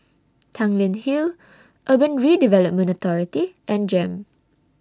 Tanglin Hill Urban Redevelopment Authority and Jem